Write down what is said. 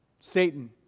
Satan